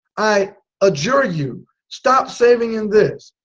i adjure you stop saving in this,